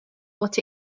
what